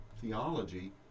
theology